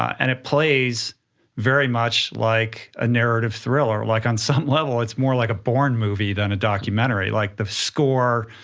and it plays very much like a narrative thriller, like on some level, it's more like a bourne movie than a documentary, like the score,